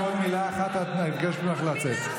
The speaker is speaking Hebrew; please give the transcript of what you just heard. ועוד מילה אחת אני אבקש ממך לצאת.